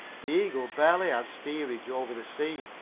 the eagle barely had steerageway over the sea,